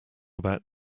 about